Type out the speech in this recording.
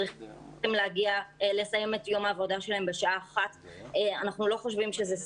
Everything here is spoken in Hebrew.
צריכים לסיים את יום העבודה שלהם בשעה 13:00. אנחנו לא חושבים שזה סביר.